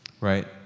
right